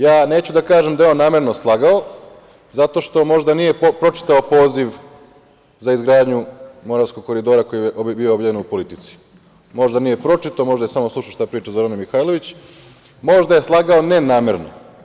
Ja neću da kažem da je on namerno slagao zato što možda nije pročitao poziv za izgradnju Moravskog koridora koji je bio objavljen u „Politici“, možda nije pročitao, možda je samo slušao šta priča Zorana Mihajlović, možda je slagao nenamerno.